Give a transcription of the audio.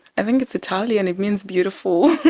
i think it's italian, it means beautiful,